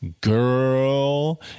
girl